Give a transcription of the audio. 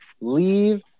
leave